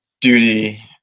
duty